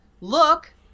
look